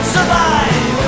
Survive